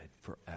forever